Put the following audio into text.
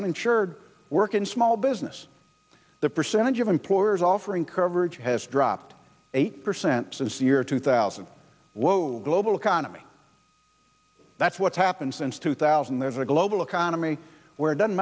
uninsured work in small business the percentage of employers offering coverage has dropped eight percent since the year two thousand global economy that's what's happened since two thousand there's a global economy where it doesn't